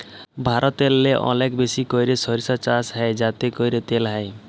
ভারতেল্লে অলেক বেশি ক্যইরে সইরসা চাষ হ্যয় যাতে ক্যইরে তেল হ্যয়